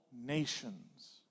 nations